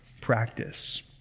practice